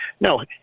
No